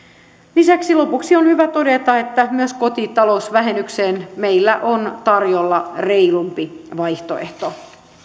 lisäksi lopuksi on hyvä todeta että myös kotitalousvähennykseen meillä on tarjolla reilumpi vaihtoehto